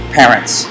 parents